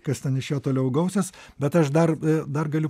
kas ten iš jo toliau gausis bet aš dar dar galiu